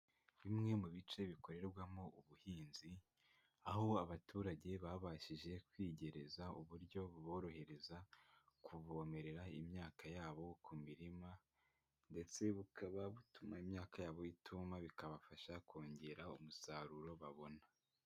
Bimwe mu bice bikorerwamo ubuhinzi, aho abaturage babashije kwiyegereza uburyo buborohereza kuvomerera imyaka yabo ku mirima ndetse bukaba butuma imyaka yabo ituma, bikabafasha kongera umusaruro babona.